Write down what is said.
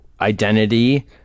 identity